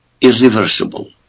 irreversible